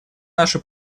нашу